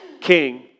king